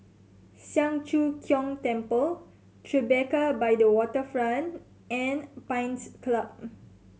Siang Cho Keong Temple Tribeca by the Waterfront and Pines Club